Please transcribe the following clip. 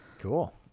Cool